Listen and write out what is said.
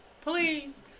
Please